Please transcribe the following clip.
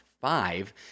five